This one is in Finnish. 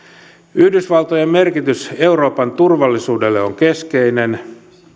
yhdysvaltojen merkitys euroopan turvallisuudelle on keskeinen